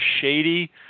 shady